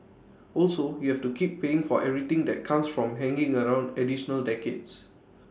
also you have to keep paying for everything that comes from hanging around additional decades